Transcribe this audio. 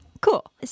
Cool